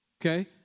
Okay